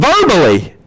Verbally